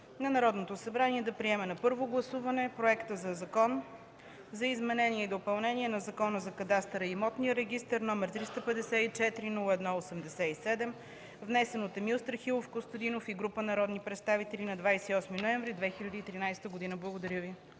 на Народното събрание да приеме на първо гласуване Проекта на Закон за изменение и допълнение на Закона за кадастъра и имотния регистър № 354-01-87, внесен от Емил Страхилов Костадинов и група народни представители на 28 ноември 2013 г.” Благодаря Ви.